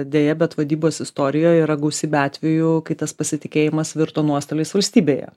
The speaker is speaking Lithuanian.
deja bet vadybos istorijoj yra gausybė atvejų kai tas pasitikėjimas virto nuostoliais valstybėje